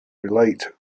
relate